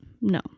no